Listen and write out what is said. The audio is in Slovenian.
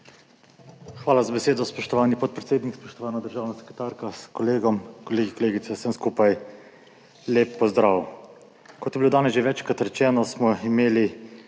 Hvala za besedo. Spoštovani podpredsednik, spoštovana državna sekretarka s kolegom, kolegi, kolegice, vsem skupaj lep pozdrav! Kot je bilo danes že večkrat rečeno, smo imeli